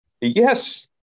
Yes